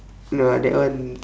no ah that one